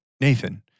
Nathan